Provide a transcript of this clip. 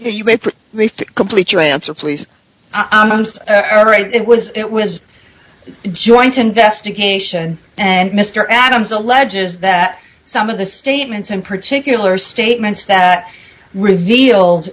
refit complete your answer please it was it was joint investigation and mr adams alleges that some of the statements in particular statements that reveal